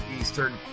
Eastern